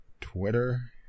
Twitter